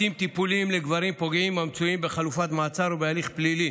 בתים טיפוליים לגברים פוגעים המצויים בחלופת מעצר או בהליך פלילי.